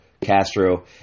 Castro